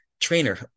trainer